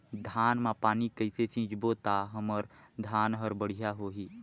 धान मा पानी कइसे सिंचबो ता हमर धन हर बढ़िया होही?